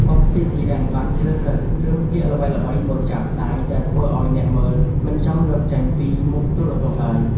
ប៉ុស្តិ៍ស៊ីធីអិនបានជ្រើសរើសរឿងភាគល្បីៗមកចាក់ផ្សាយដែលធ្វើឱ្យអ្នកមើលមិនចង់ងើបចេញពីមុខទូរទស្សន៍ឡើយ។